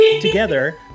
together